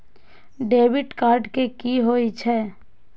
Debit card कि होई छै?